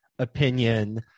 opinion